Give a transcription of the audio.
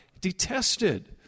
detested